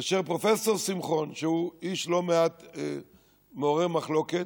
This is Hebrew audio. כאשר פרופ' שמחון, שהוא איש מעורר מחלוקת